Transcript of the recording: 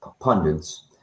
pundits